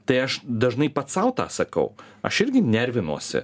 tai aš dažnai pats sau tą sakau aš irgi nervinuosi